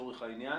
לצורך העניין,